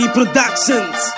Productions